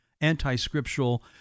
anti-scriptural